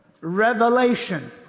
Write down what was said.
revelation